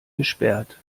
gesperrt